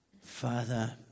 Father